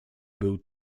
był